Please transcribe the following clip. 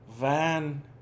Van